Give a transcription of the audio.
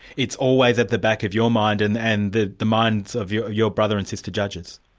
it's always at the back of your mind and and the the minds of your your brother and sister judges.